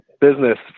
business